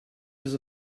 his